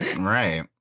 right